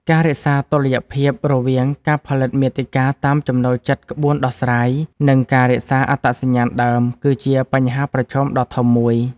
ការរក្សាតុល្យភាពរវាង ការផលិតមាតិកាតាមចំណូលចិត្តក្បួនដោះស្រាយ និង ការរក្សាអត្តសញ្ញាណដើម គឺជាបញ្ហាប្រឈមដ៏ធំមួយ។